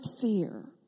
fear